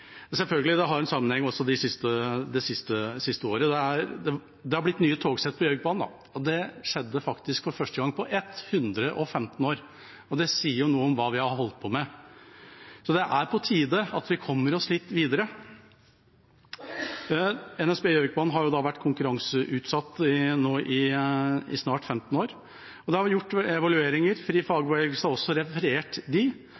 Det har selvfølgelig også en sammenheng med at det har blitt nye togsett på Gjøvikbanen det siste året. Det skjedde faktisk for første gang på 115 år, og det sier jo noe om hva vi har holdt på med. Så det er på tide at vi kommer oss litt videre. NSB Gjøvikbanen har vært konkurranseutsatt i snart 15 år, og det har vært gjort evalueringer. Fri Fagbevegelse har også referert dem – hyppigere avganger, flere passasjerer og bedre lønnsomhet har f.eks. ikke gått ut over de